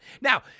Now